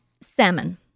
salmon